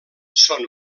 són